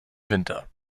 winter